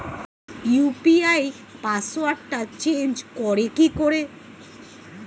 UPI পাসওয়ার্ডটা change করে কি করে?